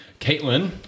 Caitlin